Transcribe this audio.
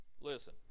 Listen